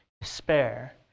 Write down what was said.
despair